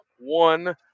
one